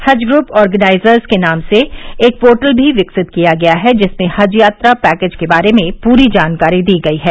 हज group organisers के नाम से एक पोर्टल भी विकसित किया गया है जिसमें हज यात्रा पैकेज के बारे में पूरी जानकारी दी गई है